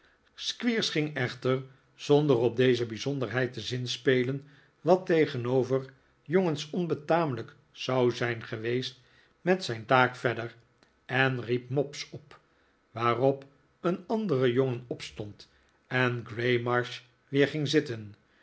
squeers ging echter zonder op deze bijzonderheid te zinspelen wat tegenover jongens onbetamelijk zou zijn geweest met zijn taak verder en riep mobbs op waarop een andere jongen opstond en graymarsh weer ging zitten